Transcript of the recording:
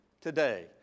today